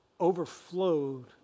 overflowed